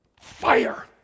fire